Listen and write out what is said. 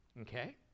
Okay